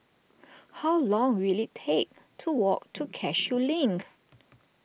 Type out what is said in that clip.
how long will it take to walk to Cashew Link